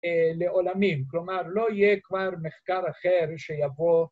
לעולמים, כלומר, לא יהיה כבר מחקר אחר שיבוא...